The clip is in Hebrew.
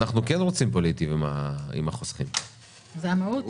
לפגוע במצב של החוסך,